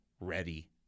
ready